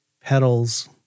Petals